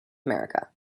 america